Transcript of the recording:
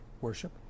worship